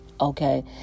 okay